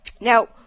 Now